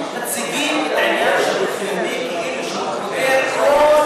מציגים את עניין השירות לאומי כאילו שהוא פותר את כל הבעיות,